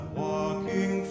walking